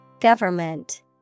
Government